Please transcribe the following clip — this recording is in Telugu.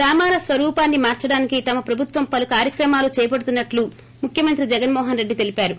గ్రామాల స్వరూపాన్ని మార్చడానికి తమ ప్రభుత్వం పలు కార్యక్రమాలు చేపడుతున్న ట్లు ముఖ్యమంత్రి జగన్మోహన్రెడ్డి తెలిపారు